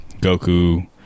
Goku